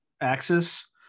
axis